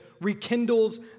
rekindles